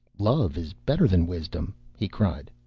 love is better than wisdom he cried,